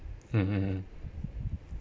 mm mm mm